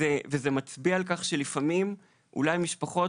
זה מצביע על כך שלפעמים אולי המשפחות